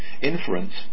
inference